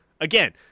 again